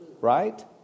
Right